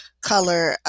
Color